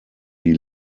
die